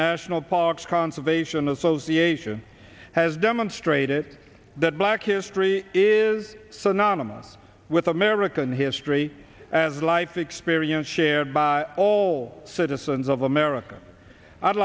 national parks conservation association has demonstrated that black history is synonymous with american history as a life experience shared by all citizens of america i'd